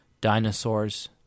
dinosaurs